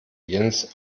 jens